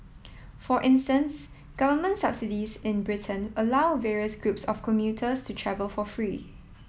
for instance government subsidies in Britain allow various groups of commuters to travel for free